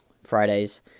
Fridays